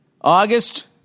August